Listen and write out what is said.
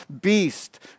beast